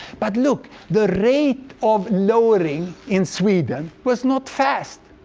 but look, the rate of lowering in sweden was not fast.